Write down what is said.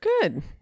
good